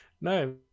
No